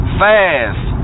fast